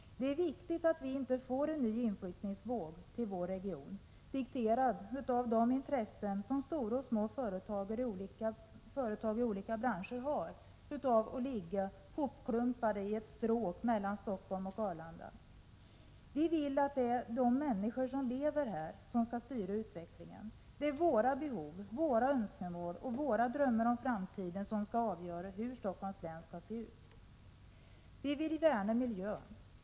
Det är viktigt att vi inte får en ny inflyttningsvåg till vår region, dikterad av de intressen som stora och små företag i olika branscher har av att ligga hopklumpade i ett stråk mellan Stockholm och Arlanda. Vi vill att de människor som lever här skall styra utvecklingen. Det är våra behov, våra önskningar och drömmar om framtiden, som skall avgöra hur Stockholms län skall se ut. Vi vill värna miljön.